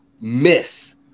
miss